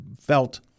felt